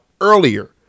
earlier